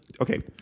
Okay